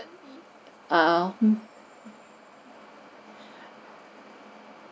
err